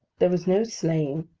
there was no sleighing